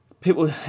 people